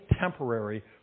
temporary